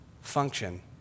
function